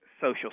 social